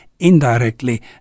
Indirectly